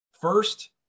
first